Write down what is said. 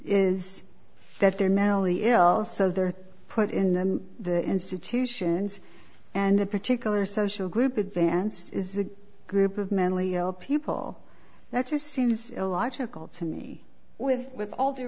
is that they're mentally ill so they're put in the institutions and the particular social group advanced is a group of mentally ill people that just seems illogical to me with with all due